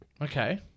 Okay